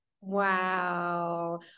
Wow